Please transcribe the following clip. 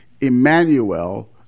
Emmanuel